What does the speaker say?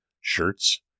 shirts